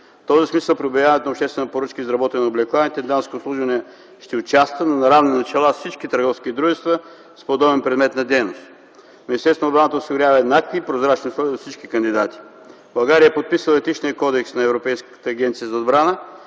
В този смисъл при обявяването на обществени поръчки за изработване на облекла „Интендантско обслужване” ще участва, но на равни начала с всички търговски дружества с подобен предмет на дейност. Министерството на отбраната осигурява еднакви прозрачни условия за всички кандидати. България е подписала Етичния кодекс на Европейската агенция за отбрана